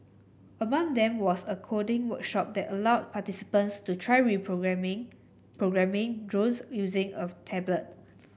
among them was a coding workshop that allowed participants to try programming programming drones using a tablet